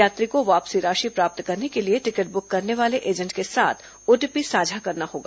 यात्री को वापसी राशि प्राप्त करने के लिए टिकट बुक करने वाले एजेंट के साथ ओटीपी साझा करना होगा